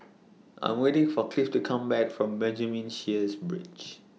I'm waiting For Cliff to Come Back from Benjamin Sheares Bridge